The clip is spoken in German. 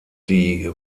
die